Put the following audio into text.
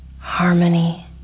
harmony